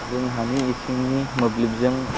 जोंहानि इसिंनि मोब्लिबजों